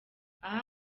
aha